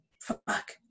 Fuck